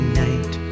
night